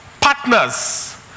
partners